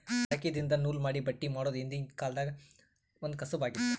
ಚರಕ್ದಿನ್ದ ನೂಲ್ ಮಾಡಿ ಬಟ್ಟಿ ಮಾಡೋದ್ ಹಿಂದ್ಕಿನ ಕಾಲ್ದಗ್ ಒಂದ್ ಕಸಬ್ ಆಗಿತ್ತ್